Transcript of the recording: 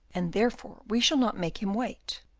and therefore we shall not make him wait.